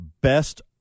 best